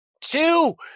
two